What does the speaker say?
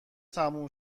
تموم